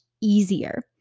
easier